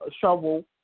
shovel